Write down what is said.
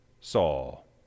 Saul